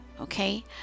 okay